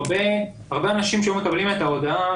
הרבה אנשים שהיו מקבלים את ההודעה,